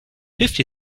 fifty